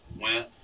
went